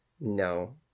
No